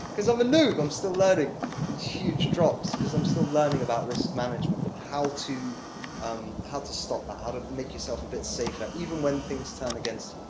because i'm a noob, i'm still learning these huge drops, because i'm still learning about risk management and how to um how to stop that how to make yourself a bit safer, even when things turn against